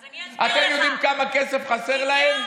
אז אני אסביר לך, אתם יודעים כמה כסף חסר להם?